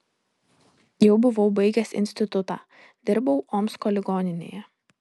jau buvau baigęs institutą dirbau omsko ligoninėje